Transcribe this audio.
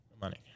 Money